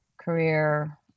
career